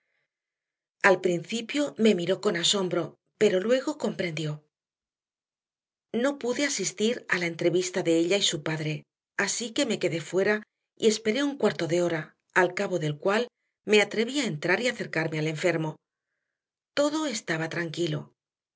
al principio me miró con asombro pero luego comprendió no pude asistir a la entrevista de ella y su padre así que me quedé fuera y esperé un cuarto de hora al cabo del cual me atreví a entrar y acercarme al enfermo todo estaba tranquilo